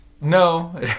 No